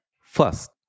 First